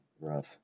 rough